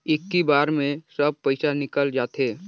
इक्की बार मे सब पइसा निकल जाते?